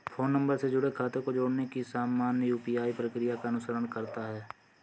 phone number से जुड़े खातों को जोड़ने की सामान्य यू.पी.आई प्रक्रिया का अनुसरण करता है